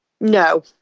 No